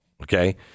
okay